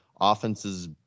offense's